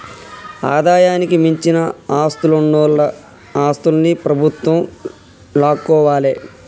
ఆదాయానికి మించిన ఆస్తులున్నోల ఆస్తుల్ని ప్రభుత్వం లాక్కోవాలే